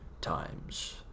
times